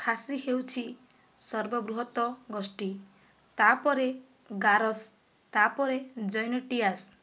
ଖାସି ହେଉଛି ସର୍ବବୃହତ ଗୋଷ୍ଠୀ ତା'ପରେ ଗାରୋସ୍ ତା'ପରେ ଜୈନଟିଆସ୍